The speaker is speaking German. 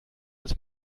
als